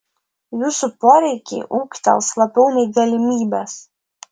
jūsų poreikiai ūgtels labiau nei galimybės